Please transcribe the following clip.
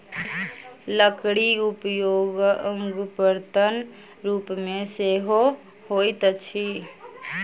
लकड़ीक उपयोग बर्तनक रूप मे सेहो होइत अछि